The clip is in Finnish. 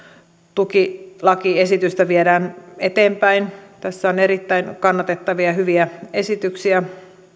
tuki lakiesitystä viedään eteenpäin tässä on erittäin kannatettavia ja hyviä esityksiä